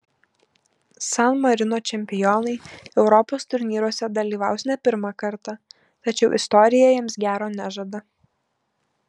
san marino čempionai europos turnyruose dalyvaus ne pirmą kartą tačiau istorija jiems gero nežada